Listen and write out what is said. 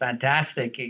fantastic